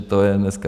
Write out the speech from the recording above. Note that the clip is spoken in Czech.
Co je dneska?